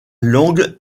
langue